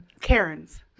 Karens